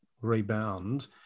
rebound